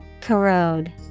Corrode